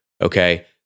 okay